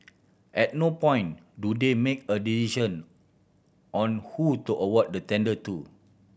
at no point do they make a decision on who to award the tender to